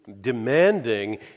demanding